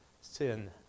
sin